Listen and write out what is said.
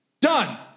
done